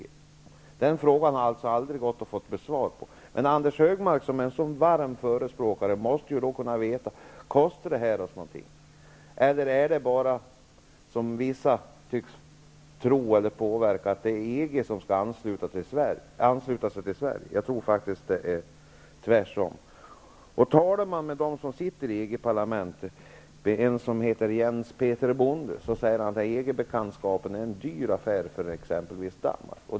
Jag har aldrig fått något svar på den, men nu kan jag kanske för en gångs skulle få det. Anders G Högmark, som är en så varm förespråkare för EG, måste veta om ett medlemskap kostar oss någonting. Eller menar han, som vissa tycks göra, att det är EG som skall ansluta sig till Sverige? Jag tror faktiskt att det är tvärtom. Jag har talat med Jens Peter Bonde, som sitter i EG-parlamentet, och han säger att EG medlemskapet är en dyr affär för exempelvis Danmark.